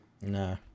no